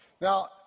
Now